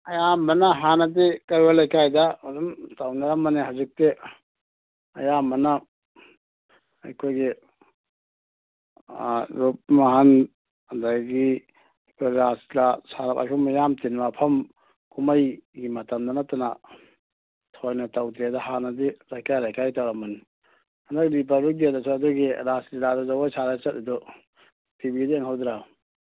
ꯑꯌꯥꯝꯕꯅ ꯍꯥꯟꯅꯗꯤ ꯀꯩꯔꯣꯏ ꯂꯩꯀꯥꯏꯗ ꯑꯗꯨꯝ ꯇꯧꯅꯔꯝꯕꯅꯦ ꯍꯧꯖꯤꯛꯇꯤ ꯑꯌꯥꯝꯕꯅ ꯑꯩꯈꯣꯏꯒꯤ ꯔꯨꯞꯃꯍꯜ ꯑꯗꯒꯤ ꯑꯁꯨꯝ ꯃꯌꯥꯝ ꯇꯤꯟꯕ ꯃꯐꯝ ꯀꯨꯝꯍꯩꯒꯤ ꯃꯇꯝꯗ ꯅꯠꯇꯅ ꯊꯣꯏꯅ ꯇꯧꯗ꯭ꯔꯦꯗ ꯍꯥꯟꯅꯗꯤ ꯂꯩꯀꯥꯏ ꯂꯩꯀꯥꯏ ꯇꯧꯔꯝꯕꯅꯤ ꯍꯟꯗꯛ ꯔꯤꯄꯥꯕ꯭ꯂꯤꯛ ꯗꯦꯗꯁꯨ ꯑꯗꯨꯒꯤ ꯔꯥꯁ ꯂꯤꯂꯥꯗꯨ ꯖꯒꯣꯏ ꯁꯥꯔ ꯆꯠꯂꯤꯗꯨ ꯇꯤꯚꯤꯗ ꯌꯦꯡꯍꯧꯗ꯭ꯔꯣ